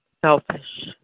selfish